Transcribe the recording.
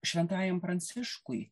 šventajam pranciškui